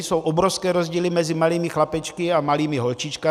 Jsou obrovské rozdíly mezi malými chlapečky a malými holčičkami.